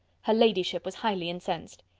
her ladyship was highly incensed.